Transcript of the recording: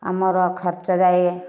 ଆମର ଖର୍ଚ୍ଚ ଯାଏ